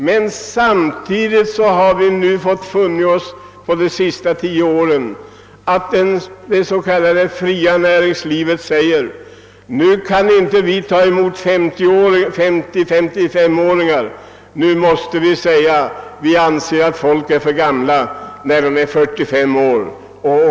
Men under de senaste tio åren har vi samtidigt fått finna oss i att det s.k. fria näringslivet sagt att man inte längre kan ta emot 50—55-åringar; man anser att människor är för gamla när de är 45 år.